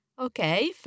Okay